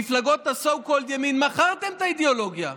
מפלגות ה-so called ימין, מכרתם את האידיאולוגיה.